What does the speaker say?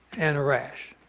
and a rash.